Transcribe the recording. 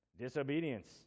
disobedience